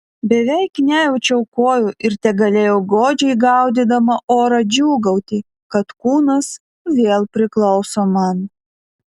beveik nejaučiau kojų ir tegalėjau godžiai gaudydama orą džiūgauti kad kūnas vėl priklauso man